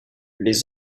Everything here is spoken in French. les